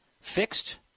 fixed